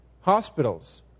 Hospitals